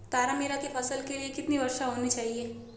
तारामीरा की फसल के लिए कितनी वर्षा होनी चाहिए?